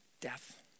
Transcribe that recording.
death